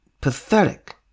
Pathetic